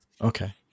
Okay